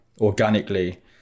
organically